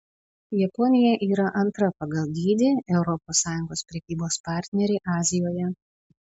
japonija yra antra pagal dydį europos sąjungos prekybos partnerė azijoje